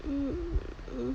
mm